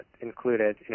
included